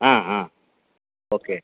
okay